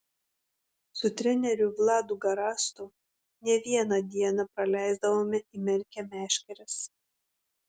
su treneriu vladu garastu ne vieną dieną praleisdavome įmerkę meškeres